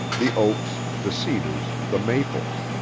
the oaks, the cedars, the maples.